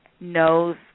knows